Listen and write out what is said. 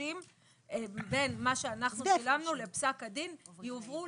ההפרשים בין מה שאנחנו שילמנו לפסק הדין יועברו